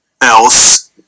else